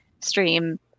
stream